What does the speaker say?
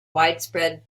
widespread